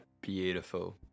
Beautiful